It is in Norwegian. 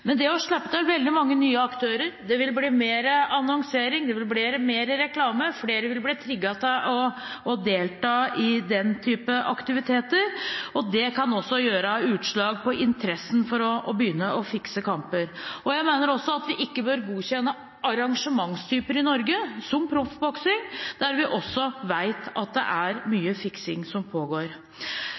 det å slippe til veldig mange nye aktører: Det vil bli mer annonsering, mer reklame, og flere vil bli trigget til å delta i den type aktiviteter. Det kan også gi seg utslag i interesse for å begynne å fikse kamper. Jeg mener også at vi ikke bør godkjenne arrangementstyper i Norge som f.eks. proffboksing, der vi vet at det pågår mye fiksing.